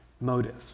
motive